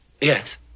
Yes